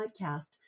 podcast